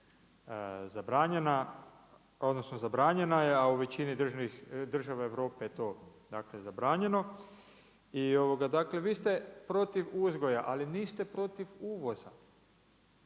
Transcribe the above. zabranjena, odnosno zabranjena je, a u većini država Europe je dakle to zabranjeno. I ovoga, dakle vi ste protiv uzgoja, ali niste protiv uvoza.